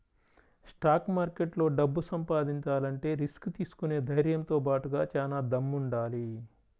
stock మార్కెట్లో డబ్బు సంపాదించాలంటే రిస్క్ తీసుకునే ధైర్నంతో బాటుగా చానా దమ్ముండాలి